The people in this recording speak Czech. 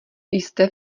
jste